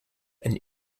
and